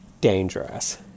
dangerous